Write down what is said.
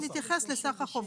תיכף נתייחס לסך החובות,